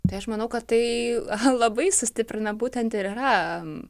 tai aš manau kad tai labai sustiprina būtent ir yra